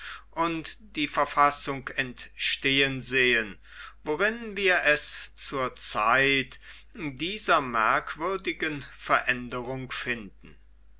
und die verfassung entstehen sehen worin wir es zur zeit dieser merkwürdigen veränderung finden